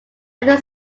after